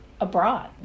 abroad